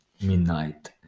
midnight